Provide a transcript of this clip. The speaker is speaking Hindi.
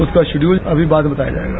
उसका शिड्यूल अभी बाद में बताया जायेगा